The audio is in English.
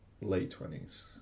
late-twenties